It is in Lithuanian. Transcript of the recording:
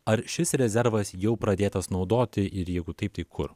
ar šis rezervas jau pradėtas naudoti ir jeigu taip tai kur